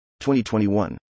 2021